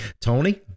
Tony